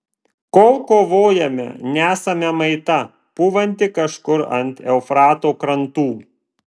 kol kovojame nesame maita pūvanti kažkur ant eufrato krantų